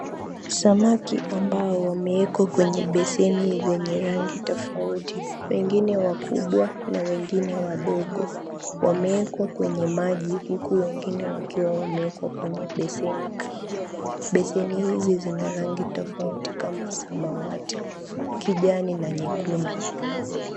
Samaki ambao wamewekwa kwenye beseni zenye rangi tofauti. Wengine wakubwa na wengine wadogo wamewekwa kwenye maji huku wengine wakiwa wamewekwa kwenye beseni kavu. Beseni hizi zina rangi tofauti kama samawati, kijani na nyekundu.